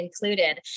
included